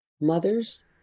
mothers